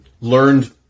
learned